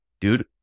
dude